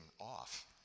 off